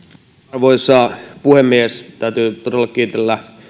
arvoisa puhemies täytyy todella kiitellä